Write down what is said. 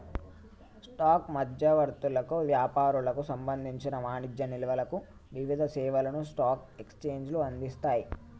stock మధ్యవర్తులకు, వ్యాపారులకు సంబంధించిన వాణిజ్య నిల్వలకు వివిధ సేవలను స్టాక్ ఎక్స్చేంజ్లు అందిస్తయ్